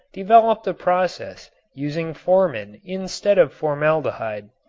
developed a process using formin instead of formaldehyde.